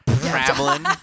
Traveling